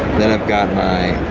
then i've got my